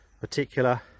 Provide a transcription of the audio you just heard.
particular